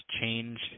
change